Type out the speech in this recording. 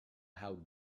how